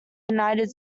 united